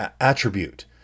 attribute